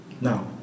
Now